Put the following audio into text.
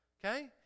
Okay